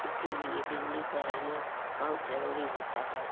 इसलिए बिजली को रहना बहुत जरूरी होता है